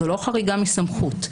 זו לא חריגה מסמכות.